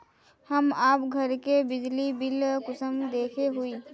हम आप घर के बिजली बिल कुंसम देखे हुई?